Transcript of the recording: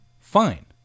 fine